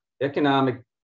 economic